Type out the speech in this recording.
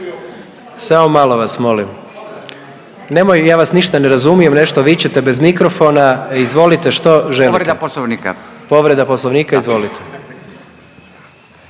povredu Poslovnika.